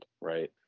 right